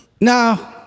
No